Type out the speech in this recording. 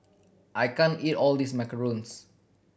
I can't eat all of this macarons